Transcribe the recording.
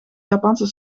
japanse